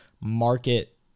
market